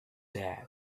that